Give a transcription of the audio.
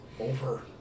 over